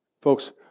Folks